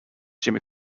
jimmy